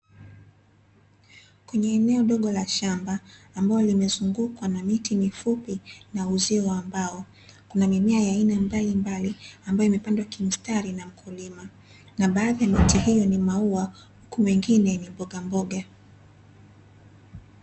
Kwneye eneo dogo la shamba ambalo limezungukwa na miti mifupi na uzio wa mbao, kuna mimea ya aina mbalimbali ambayo imepandwa kimstari na mkulima, na baadhi ya miti hii ni maua huku mengine ni mbogamboga.